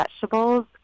vegetables